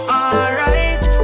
alright